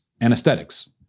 anesthetics